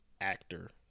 actor